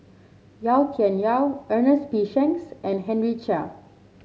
Yau Tian Yau Ernest P Shanks and Henry Chia